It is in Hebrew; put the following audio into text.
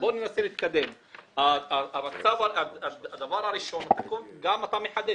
בוא ננסה להתקדם: אתה גם מחדש,